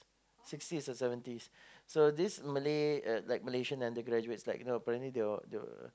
sixties or seventies so this Malay uh like Malaysian undergraduates like you know apparently they were they were